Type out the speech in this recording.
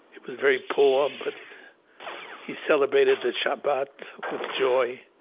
was very poor, but he celebrated the shabbat with joy.